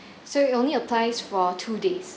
so it only applies for two days